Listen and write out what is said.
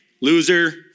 loser